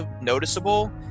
noticeable